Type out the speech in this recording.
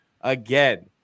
again